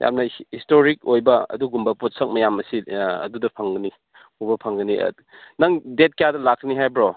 ꯌꯥꯝꯅ ꯍꯤꯁꯇꯣꯔꯤꯛ ꯑꯣꯏꯕ ꯑꯗꯨꯒꯨꯝꯕ ꯄꯣꯠꯁꯛ ꯃꯌꯥꯝ ꯑꯁꯤ ꯑꯗꯨꯗ ꯐꯪꯒꯅꯤ ꯎꯕ ꯐꯪꯒꯅꯤ ꯅꯪ ꯗꯦꯗ ꯀꯌꯥꯗ ꯂꯥꯛꯀꯅꯤ ꯍꯥꯏꯕ꯭ꯔꯣ